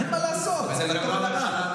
אין מה לעשות, זה לטוב ולרע.